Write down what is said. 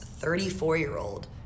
34-year-old